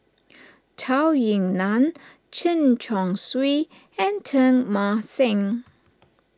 Zhou Ying Nan Chen Chong Swee and Teng Mah Seng